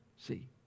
See